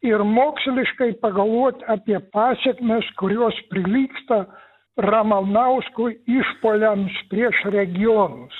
ir moksliškai pagalvot apie pasekmes kurios prilygsta ramanauskų išpuoliams prieš regionus